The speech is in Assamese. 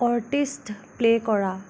অৰ্টিষ্ট প্লে' কৰা